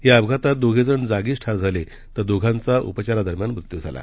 या अपघातात दोघेजण जागीच ठार झाले तर दोघांचा उपचारादरम्यान मृत्यू झाला